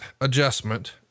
adjustment